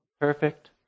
perfect